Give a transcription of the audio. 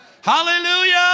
Hallelujah